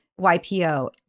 YPO